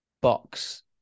box